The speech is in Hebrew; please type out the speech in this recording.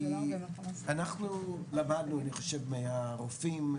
אנחנו למדנו מהרופאים,